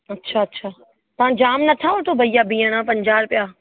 अच्छा अच्छा तव्हां जाम नथा वठो भैया बीहण जा पंजाहु रुपिया